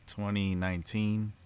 2019